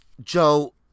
Joe